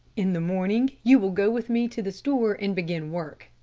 in the morning you will go with me to the store and begin work.